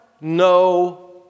no